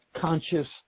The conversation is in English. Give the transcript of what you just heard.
conscious